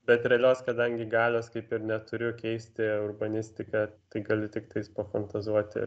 bet realios kadangi galios kaip ir neturiu keisti urbanistiką tai galiu tiktai pafantazuoti